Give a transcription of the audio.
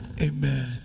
Amen